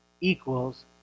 equals